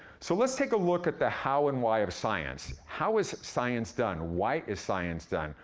so let's take a look at the how and why of science. how is science done, why is science done?